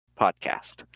podcast